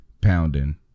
pounding